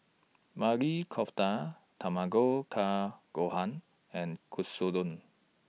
Maili Kofta Tamago Kake Gohan and Katsudon